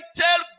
tell